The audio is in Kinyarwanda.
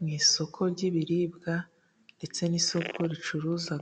Mu isoko ry'ibiribwa ndetse n'isoko ricuruza